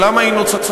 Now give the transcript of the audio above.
ולמה היא נוצרה,